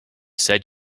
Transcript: said